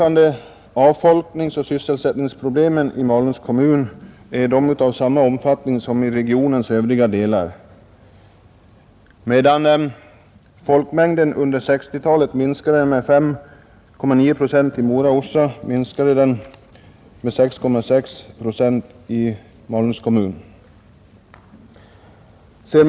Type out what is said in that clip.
Avfolkningsoch sysselsättningsproblemen i Malungs kommun är av samma omfattning som i regionens övriga delar. Medan folkmängden under 1960-talet minskade med 5,9 procent i Mora—Orsa minskade den med 6,6 procent i Malungs kommun.